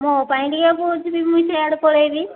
ମୋ ପାଇଁ ଟିକେ ବୁଝନି ମୁଇଁ ବି ସିଆଡ଼େ ପଳାଇବି